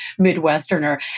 Midwesterner